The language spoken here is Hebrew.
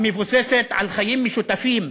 המבוססת על חיים משותפים,